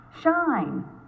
shine